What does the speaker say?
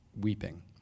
weeping